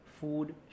food